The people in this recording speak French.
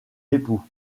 époux